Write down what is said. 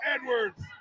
Edwards